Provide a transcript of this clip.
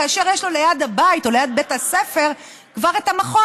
כאשר יש לו ליד הבית או ליד בית הספר כבר את המכון,